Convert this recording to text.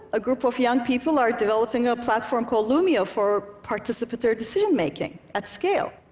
a group of young people are developing a platform called loomio for participatory decision making at scale.